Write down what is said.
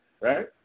Right